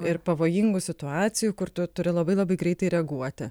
ir pavojingų situacijų kur tu turi labai labai greitai reaguoti